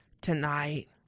tonight